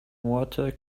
water